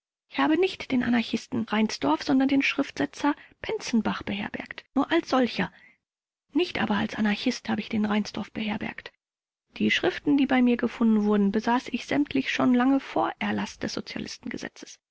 ich habe nicht den anarchisten reinsdorf sondern den schriftsetzer penzenbach beherbergt nur als solcher nicht aber als anarchist habe ich den reinsdorf beherbergt die schriften die bei mir gefunden wurden besaß ich sämtlich schon lange vor erlaß des